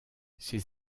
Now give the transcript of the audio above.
ses